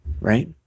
right